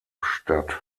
statt